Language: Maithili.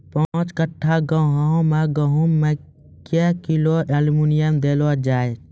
पाँच कट्ठा गांव मे गेहूँ मे क्या किलो एल्मुनियम देले जाय तो?